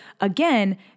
again